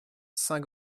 saint